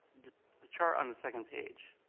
the chart on the second page.